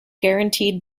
guaranteed